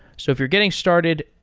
so if you're getting started,